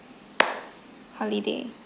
holiday